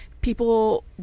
people